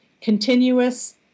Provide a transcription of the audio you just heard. continuous